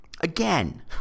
Again